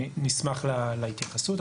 נשמח להתייחסות.